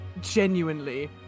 genuinely